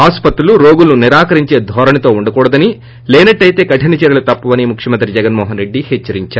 ఆస్పత్రులు రోగులను నిరాకరించే ధోరణితో ఉండకూడదని లేనేట్లయితే కఠిన చర్యలు తప్పవని ముఖ్యమంత్రి జగన్ మోహన్ రెడ్డి హెచ్చరించారు